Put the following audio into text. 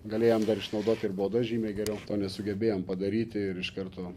galėjom dar išnaudoti ir baudas žymiai geriau to nesugebėjom padaryti ir iš karto